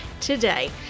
today